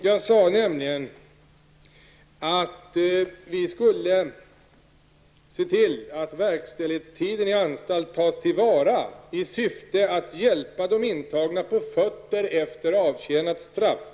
Jag sade nämligen att man bör se till att verkställighetstiden i anstalt tas till vara i syfte att hjälpa de intagna på fötter efter avtjänat straff.